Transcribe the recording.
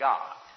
God